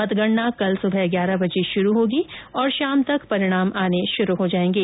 मतगणना कल सुबह ग्यारह बजे शुरू होगी और शाम तक परिणाम आने शुरु हो जायेंगे